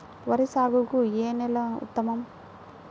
వరి సాగుకు ఏ నేల ఉత్తమం?